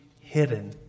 hidden